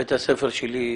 בית הספר שלי,